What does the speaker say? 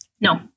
no